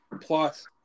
plus